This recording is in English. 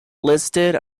listed